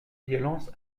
violence